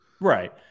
right